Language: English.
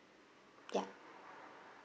yup